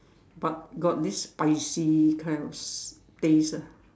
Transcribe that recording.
but got this spicy kind of s~ taste ah